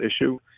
issue